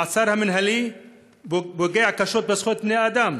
המעצר המינהלי פוגע קשות בזכויות בני-האדם